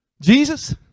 Jesus